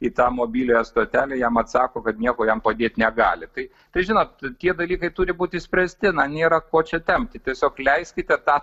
į tą mobiliąją stotelę jam atsako kad nieko jam padėt negali tai tai žinot tie dalykai turi būti išspręsti na nėra ko čia tempti tiesiog leiskite tą